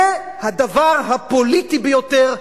זה הדבר הפוליטי ביותר,